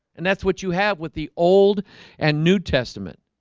and that's what you have with the old and new testament